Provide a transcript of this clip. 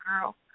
girl